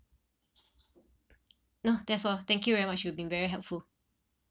no that's all thank you very much you've been very helpful